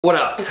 what up?